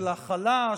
של הכלה,